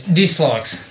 Dislikes